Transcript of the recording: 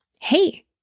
hey